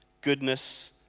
goodness